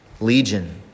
Legion